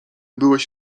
byłeś